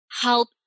help